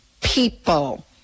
People